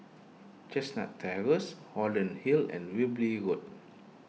Chestnut Terrace Holland Hill and Wilby Road